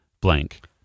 blank